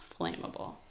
flammable